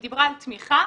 היא דיברה על תמיכה